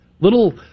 little